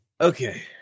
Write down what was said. Okay